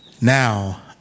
Now